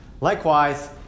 likewise